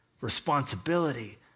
responsibility